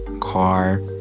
car